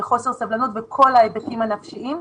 חוסר סבלנות וכל ההיבטים הנפשיים,